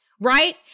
right